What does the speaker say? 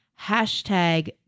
Hashtag